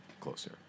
closer